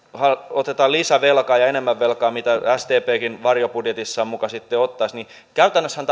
otetaan lisävelkaa ja enemmän velkaa kuin sdpkään varjobudjetissaan muka sitten ottaisi niin käytännössähän